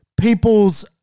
people's